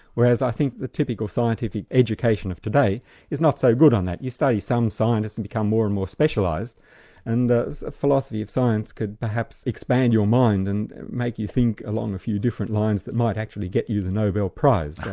whereas i think the typical scientific education of today is not so good on that. you study some science and become more and more specialised and philosophy of science could perhaps expand your mind and make you think along a few different lines that might actually get you the nobel prize.